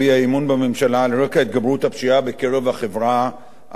בממשלה על רקע התגברות הפשיעה בחברה הערבית.